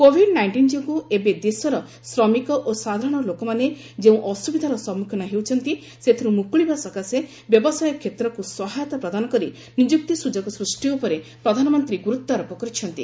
Covid nineteen ଯୋଗୁଁ ଏବେ ଦେଶର ଶ୍ରମିକ ଓ ସାଧାରଣ ଲୋକମାନେ ଯେଉଁ ଅସୁବିଧାର ସମ୍ମୁଖୀନ ହେଉଛନ୍ତି ସେଥିରୁ ମୁକୁଳିବା ସକାଶେ ବ୍ୟବସାୟ କ୍ଷେତ୍ରକୁ ସହାୟତା ପ୍ରଦାନ କରି ନିଯୁକ୍ତି ସୁଯୋଗ ସୃଷ୍ଟି ଉପରେ ପ୍ରଧାନମନ୍ତ୍ରୀ ଗୁରୁତ୍ୱ ଆରୋପ କରିଛନ୍ତି